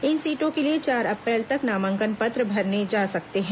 इन सीटों के लिए चार अप्रैल तक नामांकन पत्र भरे जा सकते हैं